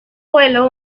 vuelo